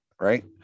Right